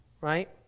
right